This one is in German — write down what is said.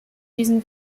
diesen